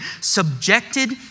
subjected